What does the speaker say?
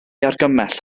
argymell